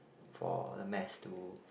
for the mass to